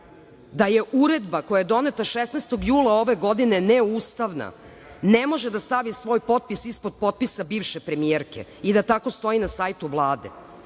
da je Uredba koja je doneta 16. jula ove godine neustavna, ne može da stavi svoj potpis ispod potpisa bivše premijerke i da tako stoji na sajtu